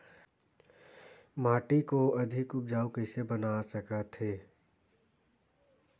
माटी को अधिक उपजाऊ कइसे बना सकत हे?